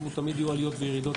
תמיד יהיו עליות וירידות,